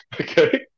Okay